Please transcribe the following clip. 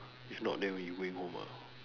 if not then then you going home ah